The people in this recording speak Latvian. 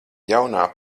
jaunā